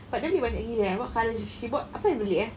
but then li~ when it he eh what colour she bought apa dia beli eh